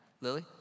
Lily